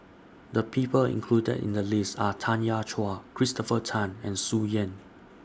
The People included in The list Are Tanya Chua Christopher Tan and Tsung Yeh